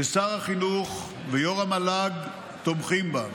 ששר החינוך ויו"ר המל"ג תומכים בה.